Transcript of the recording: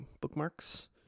bookmarks